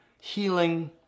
healing